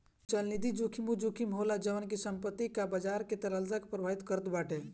चलनिधि जोखिम उ जोखिम होला जवन की संपत्ति कअ बाजार के तरलता के प्रभावित करत बाटे